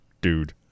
dude